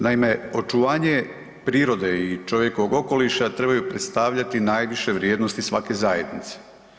Naime, očuvanje prirode i čovjekovog okoliša trebaju predstavljati najviše vrijednosti svake zajednice.